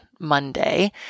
Monday